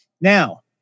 Now